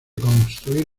construir